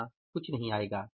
यहां कुछ नहीं आएगा